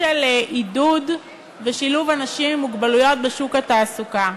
של עידוד ושילוב אנשים עם מוגבלות בשוק התעסוקה.